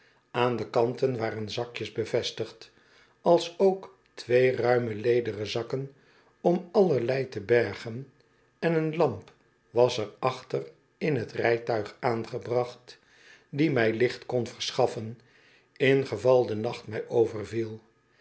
aan de kanten waren zakjes bevestigd alsook twee ruime lederen zakken om allerlei te bergen en eene lamp was er achter in t rijtuig aangebracht die mi hchtkon verschaffen ingeval de nacht mij overviel